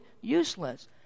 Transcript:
useless